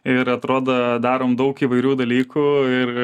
ir atrodo darom daug įvairių dalykų ir